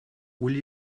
will